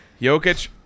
Jokic